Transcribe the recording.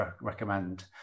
recommend